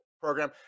Program